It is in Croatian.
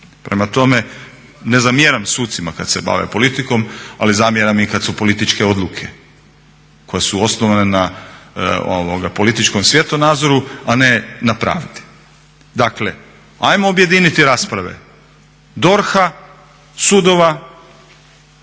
Prema tome, ne zamjeram sucima kad se bave politikom, ali zamjeram im kad su političke odluke koje su osnovane na političkom svjetonazoru a ne na pravdi. Dakle, ajmo objediniti rasprave DORH-a, sudova